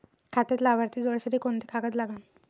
खात्यात लाभार्थी जोडासाठी कोंते कागद लागन?